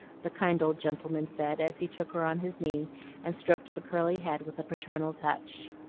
the kind old gentleman said as he took her on his knee and stroked the curly head with a paternal touch.